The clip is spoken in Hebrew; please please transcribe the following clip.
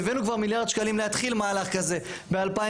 הבאנו כבר מיליארד שקלים להתחיל מהלך כזה ב-2017.